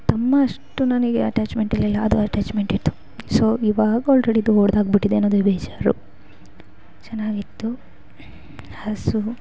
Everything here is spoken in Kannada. ತಮ್ಮ ಅಷ್ಟು ನನಗೆ ಅಟ್ಯಾಚ್ಮೆಂಟ್ ಇರಲಿಲ್ಲ ಅದು ಅಟ್ಯಾಚ್ಮೆಂಟಿತ್ತು ಸೊ ಇವಾಗ ಆಲ್ರೆಡಿ ದೋಡ್ದಾಗಿ ಬಿಟ್ಟಿದೆ ಅನ್ನೋದೆ ಬೇಜಾರು ಚೆನ್ನಾಗಿತ್ತು ಹಸು